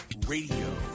Radio